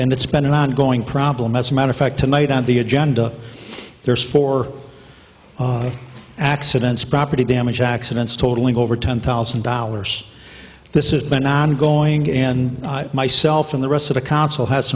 and it's been an ongoing problem as a matter of fact tonight on the agenda there's four accidents property damage accidents totaling over ten thousand dollars this is been ongoing and myself and the rest of the council has